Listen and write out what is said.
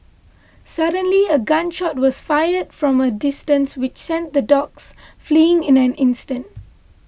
suddenly a gun shot was fired from a distance which sent the dogs fleeing in an instant